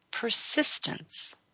Persistence